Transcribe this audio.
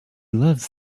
loves